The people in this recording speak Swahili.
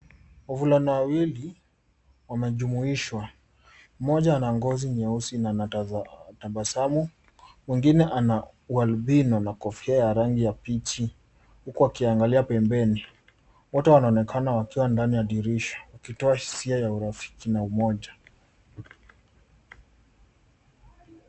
Wavulana wawili wamejumuishwa. Mmoja ana ngozi nyeusi na anatabasamu. Mwingine ana ualbino na kofia ya rangi ya pichi huku akiangalia pembeni. Wote wanaonekana wakiwa ndani ya dirisha wakitoa hisia ya urafiki na umoja.